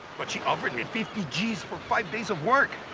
but she offered me fifty g's for five days of work.